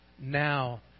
now